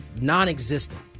non-existent